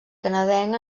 canadenc